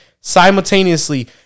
simultaneously